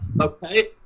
Okay